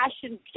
passion